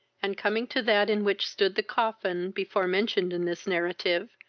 and, coming to that in which stood the coffin before mentioned in this narrative,